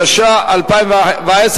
התש"ע 2010,